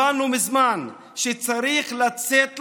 הבנו מזמן שצריך לצאת לרחובות.